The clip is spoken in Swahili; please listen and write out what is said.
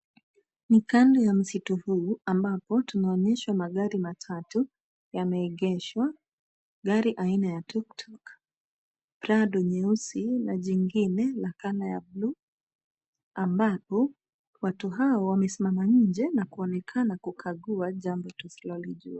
Ni kando ya msitu huu, ambapo, tunaonyeshwa magari matatu, yameegeshwa. Gari aina ya tuktuk , prado nyeusi, na jingine, la colour ya blue , ambapo, watu hao wamesimama nje na kuonekana kukagua jambo tusilolijua.